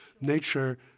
nature